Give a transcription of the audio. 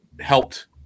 helped